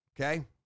okay